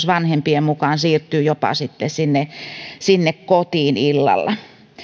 vanhempien mukaan se levottomuus siirtyy jopa sinne sinne kotiin sitten illalla